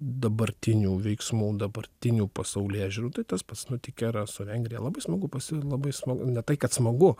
dabartinių veiksmų dabartinių pasaulėžiūrų tai tas pats nutikę yra su vengrija labai smagu pasi labai smagu tai kad smagu